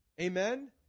Amen